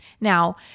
Now